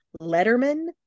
letterman